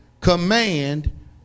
command